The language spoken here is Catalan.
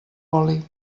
oli